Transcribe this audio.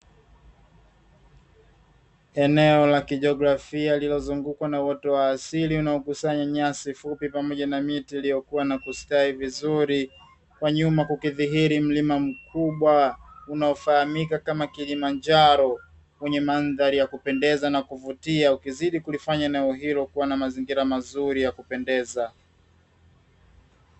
Eneo la kijografia lilozungukwa na uoto wa asili unaokusanya nyasi fupi pamoja na miti iliyokuwa na kustawi vizuri, kwa nyuma kukidhihiri mlima mkubwa unaofahamika kama kilimanjaro wenye mandhari ya kupendeza na kuvutia ukizidi kulifanya eneo hilo kuwa na mazingira mazuri ya kupendeza.